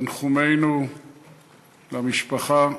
תנחומינו למשפחה,